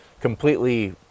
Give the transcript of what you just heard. completely